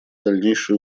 дальнейшее